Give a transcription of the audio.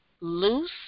loose